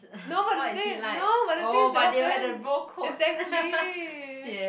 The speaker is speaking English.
no but the thing no but the thing is they're friends exactly